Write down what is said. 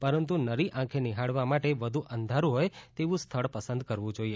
પરંતુ નરી આખે નિહાળવા માટે વધુ અંધારું હોય તેવું સ્થળ પસંદ કરવું જોઈએ